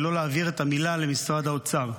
ולא להעביר את המילה למשרד האוצר.